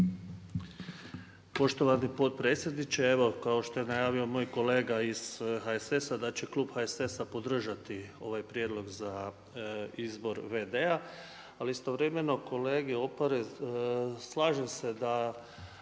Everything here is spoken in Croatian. Poštovani potpredsjedniče, evo kao što je najavio moj kolega iz HSS-a da će klub HSS-a podržati ovaj prijedlog za izbor VD-a ali istovremeno kolega Opara, slažem se da